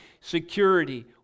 security